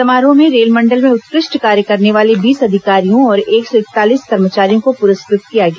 समारोह में रेलमंडल में उत्कृष्ट कार्य करने वाले बीस अधिकारियों और एक सौ इकतालीस कर्मचारियों को पुरस्कृत किया गया